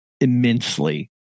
immensely